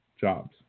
jobs